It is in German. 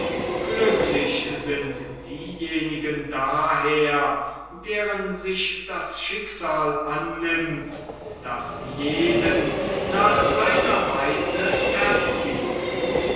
glücklich sind diejenigen daher deren sich das schicksal annimmt das jeden nach seiner weise erzieht